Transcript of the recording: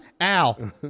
Al